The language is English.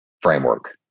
framework